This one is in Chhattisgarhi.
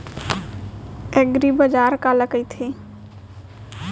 एगरीबाजार काला कहिथे?